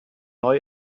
neu